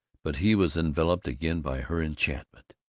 but he was enveloped again by her enchantment.